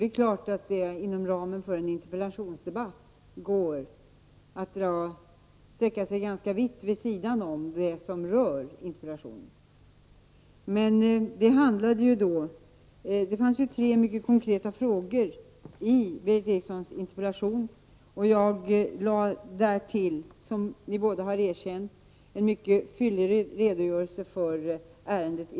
Det är klart att det inom ramen för en interpellationsdebatt går att sträcka sig ganska långt vid sidan om det som rör själva interpellationen. Men jag besvarade de tre mycket konkreta frågorna i interpellationen och gjorde därutöver, som både Berith Eriksson och Hans Göran Franck har vitsordat, en fyllig redovisning av ärendet.